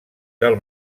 del